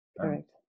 Correct